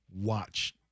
watch